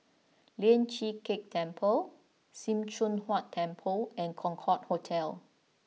Lian Chee Kek Temple Sim Choon Huat Temple and Concorde Hotel